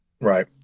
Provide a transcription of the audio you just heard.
Right